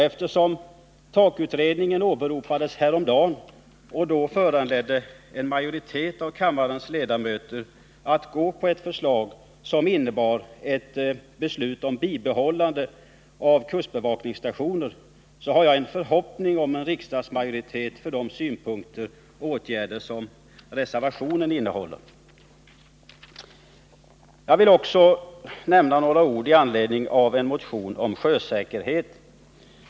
Eftersom TAK utredningen åberopades häromdagen och då föranledde en majoritet av kammarens ledamöter att gå på ett förslag som innebar ett beslut om bibehållande av kustbevakningsstationer har jag en förhoppning om riksdagsmajoritet också för de åtgärder som föreslås i reservationen. Jag vill också säga några ord i anledning av en motion om sjösäkerheten.